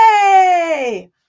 Yay